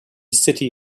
city